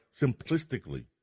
simplistically